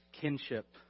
Kinship